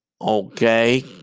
Okay